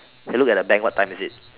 he look at the bank what time is it